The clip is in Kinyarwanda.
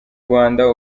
rwanda